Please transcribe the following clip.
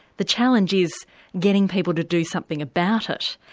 the challenge is getting people to do something about it.